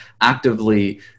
actively